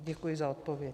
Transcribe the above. Děkuji za odpověď.